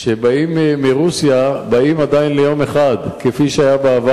באים מרוסיה באים ליום אחד, כפי שהיה בעבר.